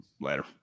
later